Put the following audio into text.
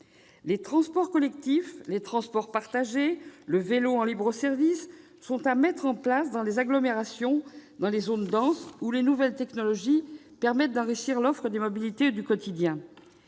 Les transports collectifs, les transports partagés, le vélo en libre-service peuvent être mis en place dans les agglomérations, dans les zones denses, où les nouvelles technologies permettent d'enrichir l'offre de mobilités du quotidien.